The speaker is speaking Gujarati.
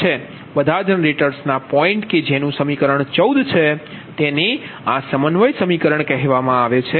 બધા જનરેટર્સના પોઇન્ટ કે જેનું સમીકરણ 14 છે તેને આ સમન્વયન સમીકરણ કહેવામાં આવે છે